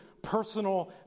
personal